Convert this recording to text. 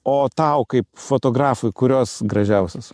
o tau kaip fotografui kurios gražiausios